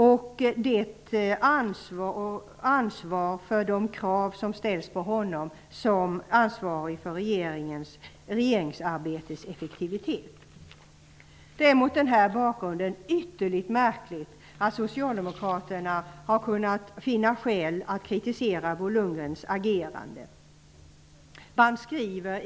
Det ställs också krav på honom som ansvarig för regeringsarbetets effektivitet. Det är mot denna bakgrund ytterligt märkligt att Socialdemokraterna har kunnat finna skäl för att kritisera Bo Lundgrens agerande.